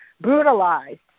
brutalized